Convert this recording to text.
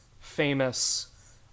famous